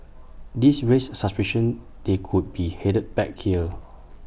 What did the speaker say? this raised suspicion they could be headed back here